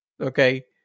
Okay